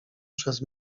przez